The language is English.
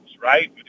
right